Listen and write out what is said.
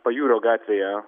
pajūrio gatvėje